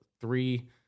three